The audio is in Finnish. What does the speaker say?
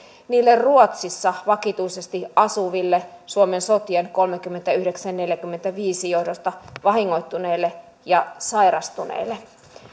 ruotsissa vakituisesti asuville suomen sotien kolmekymmentäyhdeksän viiva neljäkymmentäviisi johdosta vahingoittuneille ja sairastuneille